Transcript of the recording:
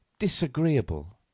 disagreeable